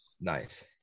Nice